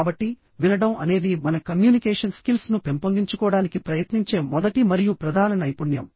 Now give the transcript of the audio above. కాబట్టి వినడం అనేది మన కమ్యూనికేషన్ స్కిల్స్ ను పెంపొందించుకోడానికి ప్రయత్నించే మొదటి మరియు ప్రధాన నైపుణ్యం